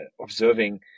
observing